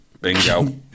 Bingo